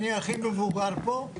אני הכי מבוגר פה,